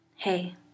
Hey